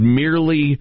merely